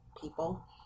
people